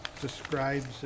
describes